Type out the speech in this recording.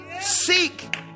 Seek